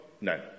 No